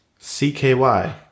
CKY